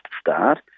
start